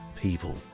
people